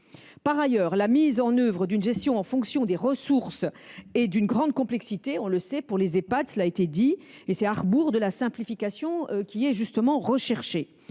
Par ailleurs, la mise en œuvre d’une gestion en fonction des ressources est d’une grande complexité, on le sait, pour les Ehpad. Ce mécanisme irait donc à rebours de la simplification qui est justement recherchée.